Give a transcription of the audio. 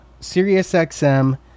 SiriusXM